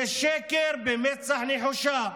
זה שקר במצח נחושה.